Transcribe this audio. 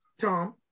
Tom